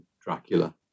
Dracula